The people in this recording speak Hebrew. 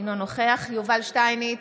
אינו נוכח יובל שטייניץ,